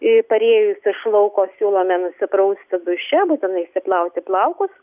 parėjus iš lauko siūlome nusiprausti duše būtinai išsiplauti plaukus